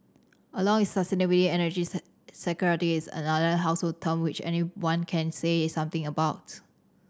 along with sustainability energy security is another household term which anyone can say something about